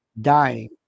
dying